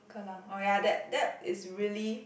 Kallang oh ya that that is really